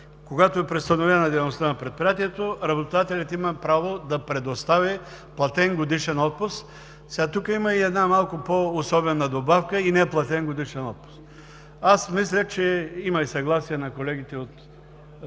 Когато е преустановена дейността на предприятието, работодателят има право да предостави платен годишен отпуск. Тук има и една малко по-особена добавка – „и неплатен годишен отпуск“. Аз мисля, че има и съгласие на колегите